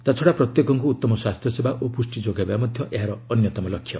ତା'ଛଡ଼ା ପ୍ରତ୍ୟେକଙ୍କୁ ଉତ୍ତମ ସ୍ୱାସ୍ଥ୍ୟସେବା ଓ ପୁଷ୍ଟି ଯୋଗାଇବା ମଧ୍ୟ ଏହାର ଅନ୍ୟତମ ଲକ୍ଷ୍ୟ